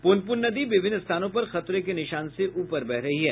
प्नप्न नदी का जलस्तर विभिन्न स्थानों पर खतरे के निशान से ऊपर बह रही है